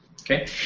Okay